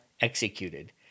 executed